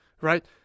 Right